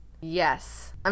yes